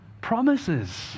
promises